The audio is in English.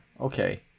Okay